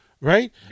right